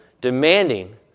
demanding